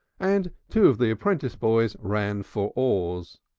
and two of the apprentice boys ran for oars.